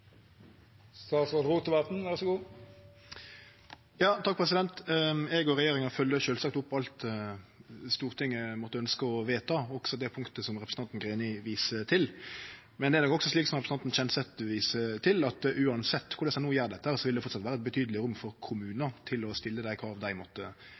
Eg og regjeringa følgjer sjølvsagt opp alt Stortinget måtte ønskje å vedta, også det punktet som representanten Greni viser til. Men det er nok også slik som representanten Kjenseth viser til, at uansett korleis ein no gjer dette, vil det framleis vere betydeleg rom for kommunar til å stille dei krava dei måtte